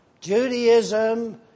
Judaism